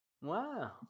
wow